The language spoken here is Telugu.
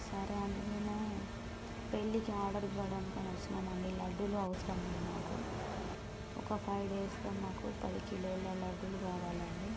సరే అండీ మేము పెళ్ళికి ఆర్డర్ ఇవ్వడానికి వచ్చినాము అండి లడ్డూలు అవసరం ఉన్నాయి మాకు ఒక ఫైవ్ డేస్లో మాకు పది కిలోల లడ్డూలు కావాలి అండి